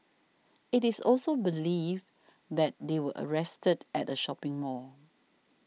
it is also believed that they were arrested at a shopping mall